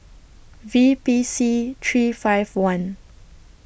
V P C three five one